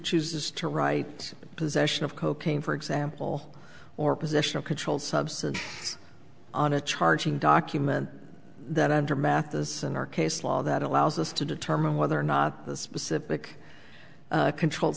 chooses to write possession of cocaine for example or position of controlled substance on a charging document that under mathison our case law that allows us to determine whether or not the specific controlled